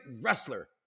wrestler